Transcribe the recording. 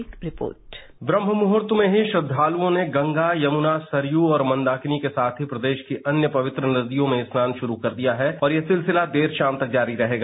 एक रिपोर्ट ब्रह्म मुहर्त में श्रद्दालुओं ने गंगा यमुना सरयू और मंदाकिनी के साथ ही प्रदेश की अन्य पवित्र नदियों में स्नान शुरू कर दिया है और ये सिलसिला देर शाम तक जारी रहेगा